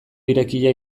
irekia